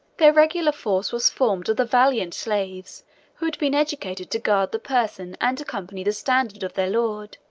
their regular force was formed of the valiant slaves who had been educated to guard the person and accompany the standard of their lord